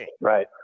Right